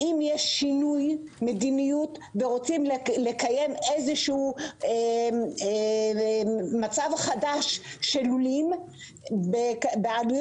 אם יש שינוי מדיניות ורוצים לקיים איזשהו מצב חדש של לולים בעלויות